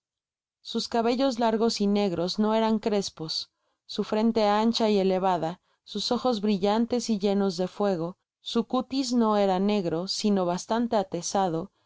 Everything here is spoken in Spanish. sus cabellos largos y negros no eran crespos su frente ancha y elevada sus ojos brillantes y llenos de fuego sij cuis no era negro sino bastante atezado